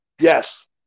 Yes